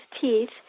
teeth